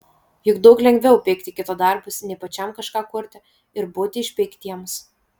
juk daug lengviau peikti kito darbus nei pačiam kažką kurti ir būti išpeiktiems